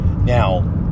Now